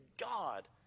God